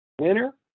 winner